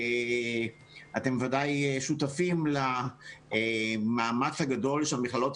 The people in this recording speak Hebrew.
אתם ודאי שותפים למאמץ הגדול שהמכללות